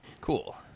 Cool